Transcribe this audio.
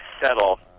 settle